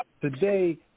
today